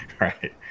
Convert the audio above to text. Right